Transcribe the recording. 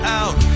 out